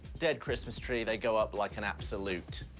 dead christmas tree. they go up like an absolute.